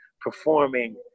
performing